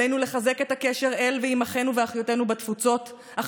עלינו לחזק את הקשר אל אחינו ואחיותינו בתפוצות ועימם,